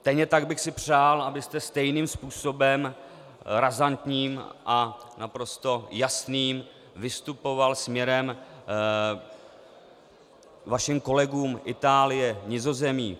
Stejně tak bych si přál, abyste stejným způsobem, razantním a naprosto jasným, vystupoval směrem k vašim kolegům Itálie, Nizozemí.